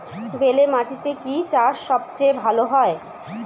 বেলে মাটিতে কি চাষ সবচেয়ে ভালো হয়?